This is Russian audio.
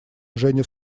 женя